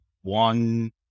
one